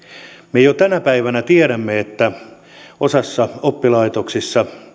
me jo tänä päivänä tiedämme että osassa oppilaitoksia